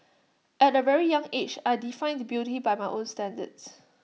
at A very young age I defined beauty by my own standards